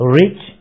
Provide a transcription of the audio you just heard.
rich